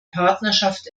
partnerschaft